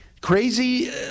Crazy